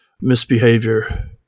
misbehavior